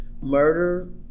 murder